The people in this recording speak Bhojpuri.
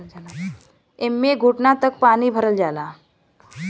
एम्मे घुटना तक पानी भरल जाला